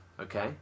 Okay